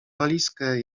walizkę